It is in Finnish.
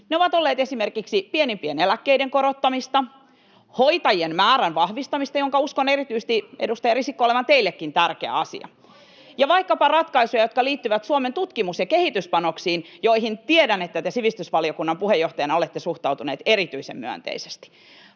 Ne ovat olleet esimerkiksi pienimpien eläkkeiden korottamista, hoitajien määrän vahvistamista, jonka uskon erityisesti, edustaja Risikko, olevan teillekin tärkeä asia, [Sanna Antikaisen välihuuto] ja vaikkapa ratkaisuja, jotka liittyvät Suomen tutkimus- ja kehityspanoksiin, joihin tiedän, että te sivistysvaliokunnan puheenjohtajana olette suhtautunut erityisen myönteisesti.